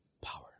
power